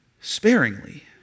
sparingly